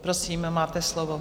Prosím, máte slovo.